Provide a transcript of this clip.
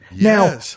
Now